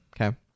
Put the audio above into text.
Okay